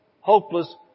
hopeless